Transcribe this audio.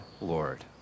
Lord